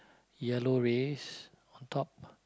yellow rays on top